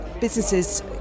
businesses